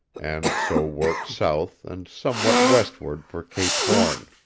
and so worked south and somewhat westward for cape horn.